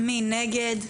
מי נגד?